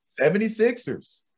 76ers